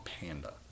panda